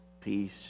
peace